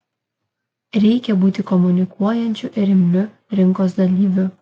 reikia būti komunikuojančiu ir imliu rinkos dalyviu